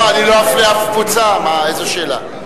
לא, אני לא אפלה אף קבוצה, איזו שאלה.